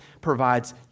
provides